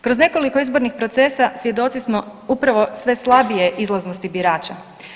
Kroz nekoliko izbornih procesa svjedoci smo upravo sve slabije izlaznosti birača.